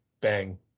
bang